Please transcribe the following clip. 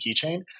keychain